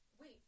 Wait